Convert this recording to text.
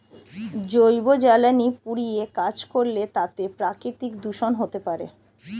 জৈব জ্বালানি পুড়িয়ে কাজ করলে তাতে প্রাকৃতিক দূষন হতে পারে